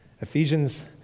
Ephesians